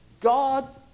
God